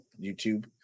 YouTube